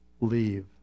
leave